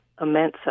immense